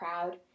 proud